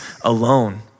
alone